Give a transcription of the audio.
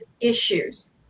issues